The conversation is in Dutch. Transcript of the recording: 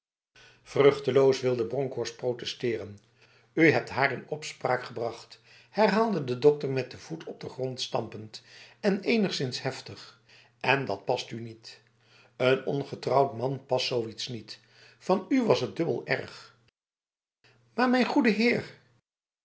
vruchteloos wilde bronkhorst protesteren u hebt haar in opspraak gebracht herhaalde de dokter met de voet op de grond stampend en enigszins heftig en dat paste u niet een ongetrouwd man past zoiets niet van u was het dubbel erg maar mijn goede heerh